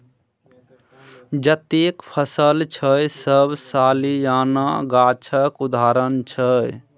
जतेक फसल छै सब सलियाना गाछक उदाहरण छै